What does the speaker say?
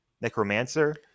Necromancer